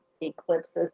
eclipses